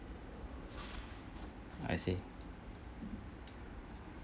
I see